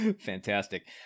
Fantastic